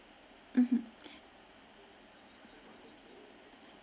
mmhmm